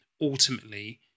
ultimately